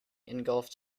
engulfed